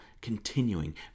continuing